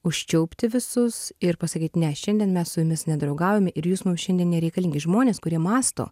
užčiaupti visus ir pasakyt ne šiandien mes su jumis nedraugaujam ir jūs mums šiandien nereikalingi žmonės kurie mąsto